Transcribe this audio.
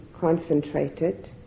concentrated